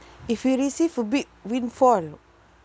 if you receive a big windfall